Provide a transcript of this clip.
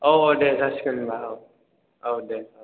औ औ दे जासिगोन होम्ब्ला औ औ दे औ